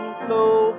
flow